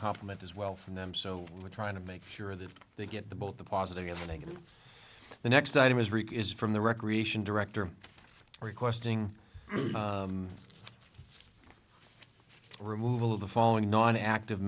compliment as well from them so we're trying to make sure that they get the both the positive and negative the next item is reeky is from the recreation director requesting removal of the following not active